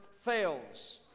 fails